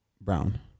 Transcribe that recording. Brown